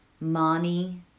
Mani